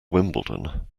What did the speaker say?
wimbledon